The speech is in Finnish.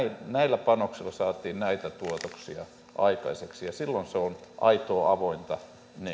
näillä panoksilla saatiin näitä tuotoksia aikaiseksi ja silloin se on aitoa avointa